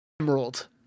Emerald